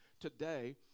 today